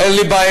אין לי בעיה.